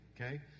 okay